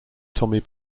tommy